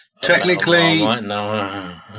technically